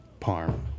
Parm